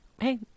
Hey